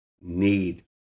need